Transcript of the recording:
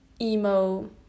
emo